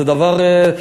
זה דבר,